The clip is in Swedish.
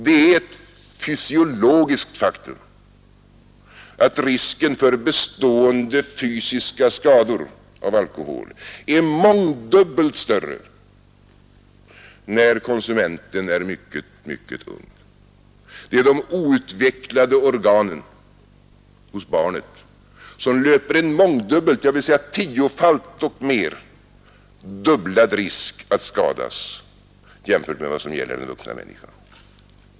Det är ett fysiologiskt faktum att risken för bestående fysiska skador av alkohol är mångdubbelt större när konsumenten är mycket, mycket ung. Det är de outvecklade organen hos barnet som löper en mångdubbelt större risk att skadas än vad som gäller den vuxna människan.